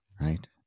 right